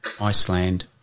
Iceland